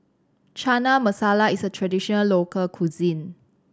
Chana Masala is a traditional local cuisine